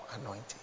anointing